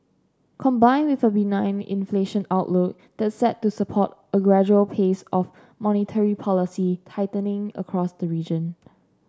combined with a benign inflation outlook that's set to support a gradual pace of monetary policy tightening across the region